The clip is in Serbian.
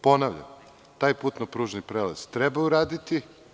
Ponavljam, taj putno-pružni prelaz treba uraditi.